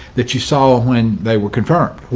that you saw ah when they were confirmed?